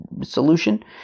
solution